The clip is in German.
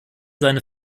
seine